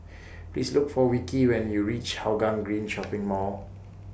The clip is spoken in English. Please Look For Vicky when YOU REACH Hougang Green Shopping Mall